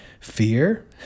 fear